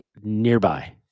nearby